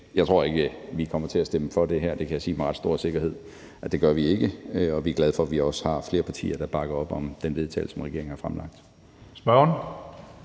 jeg tror ikke, vi kommer til at stemme for det her. Det kan jeg sige meget stor sikkerhed, det gør vi ikke, og vi er glade for, at vi også har flere partier, der bakker op om det forslag til vedtagelse, som regeringen har fremsat.